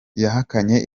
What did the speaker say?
yahakanye